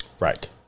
right